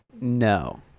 No